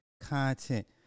content